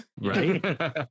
right